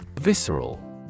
Visceral